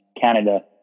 canada